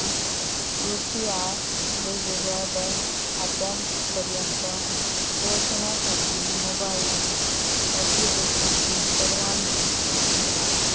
UPI वेगवेगळ्या bank खात्यांपर्यंत पोहचण्यासाठी मोबाईल ॲप्लिकेशनची परवानगी घेता